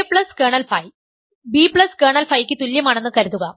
a kernel phi b kernel ഫൈക്ക് തുല്യമാണെന്ന് കരുതുക